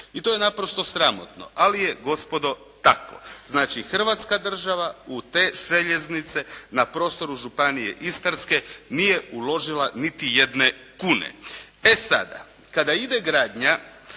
I to je naprosto sramotno ali je gospodo tako. Znači, Hrvatska država u te željeznice na prostoru Županije Istarske nije uložila niti jedne kune. E sada kada ide gradnja